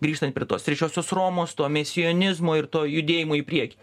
grįžtant prie tos trečiosios romos to mesionizmo ir to judėjimo į priekį